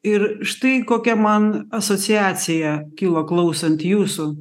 ir štai kokia man asociacija kilo klausant jūsų